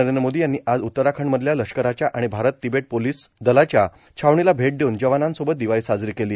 नरेंद्र मोदी यानी आज उत्तराखंडमधल्या लष्कराच्या आणि भारत तिबेट सीमा पोलीस दलाच्या छावणीला भेट देऊन जवानासोबत दिवाळी साजरी केली